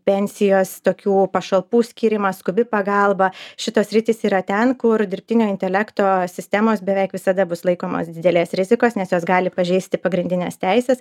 pensijos tokių pašalpų skyrimas skubi pagalba šitos sritys yra ten kur dirbtinio intelekto sistemos beveik visada bus laikomos didelės rizikos nes jos gali pažeisti pagrindines teises